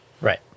Right